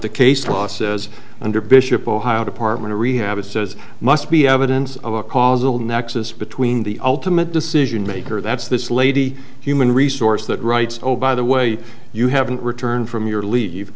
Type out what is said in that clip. the case law says under bishop ohio department of rehab it says must be evidence of a causal nexus between the ultimate decision maker that's this lady human resource that writes oh by the way you haven't returned from your lea